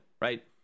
right